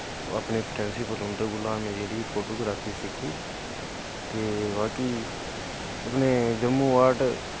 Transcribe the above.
अपने प्रिंसि'पल उं'दे कोला में जेह्ड़ी फोटोग्राफी सिक्खी ते बाकी अपने जम्मू आर्ट